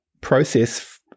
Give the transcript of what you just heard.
process